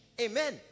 amen